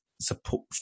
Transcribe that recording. support